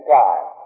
time